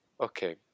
Okay